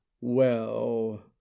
Well